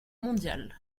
mondial